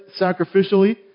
sacrificially